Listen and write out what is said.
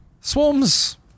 Swarms